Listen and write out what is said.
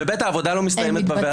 -- ו-ב', העבודה לא מסתיימת בוועדות.